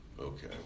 Okay